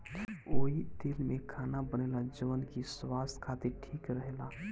ओही तेल में खाना बनेला जवन की स्वास्थ खातिर ठीक रहेला